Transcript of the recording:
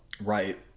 Right